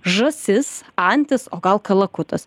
žąsis antis o gal kalakutas